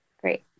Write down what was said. Great